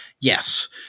Yes